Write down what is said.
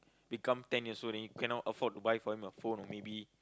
become ten years old then you cannot afford to buy for him a phone or maybe